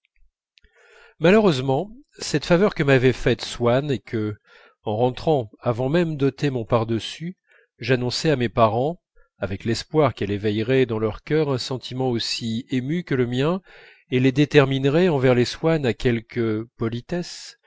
malheureusement cette faveur que m'avait faite swann et que en rentrant avant même d'ôter mon pardessus j'annonçai à mes parents avec l'espoir qu'elle éveillerait dans leur cœur un sentiment aussi ému que le mien et les déterminerait envers les swann à quelque politesse